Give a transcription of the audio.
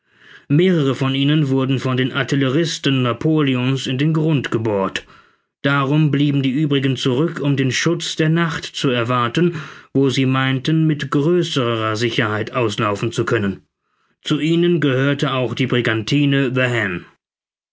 mehrere von ihnen wurden von den artilleristen napoleon's in den grund gebohrt darum blieben die übrigen zurück um den schutz der nacht zu erwarten wo sie meinten mit größerer sicherheit auslaufen zu können zu ihnen gehörte auch die brigantine the